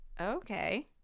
Okay